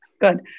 Good